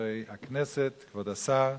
חברי הכנסת, כבוד השר,